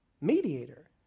mediator